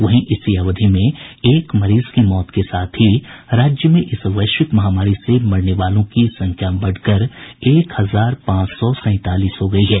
वहीं इसी अवधि में एक मरीज की मौत के साथ ही राज्य में इस वैश्विक महामारी से मरने वालों की संख्या बढ़कर एक हजार पांच सौ सैंतालीस हो गयी है